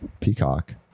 Peacock